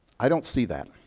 i don't see that.